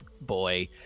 boy